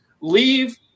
leave